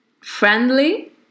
friendly